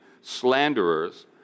slanderers